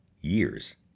years